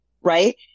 right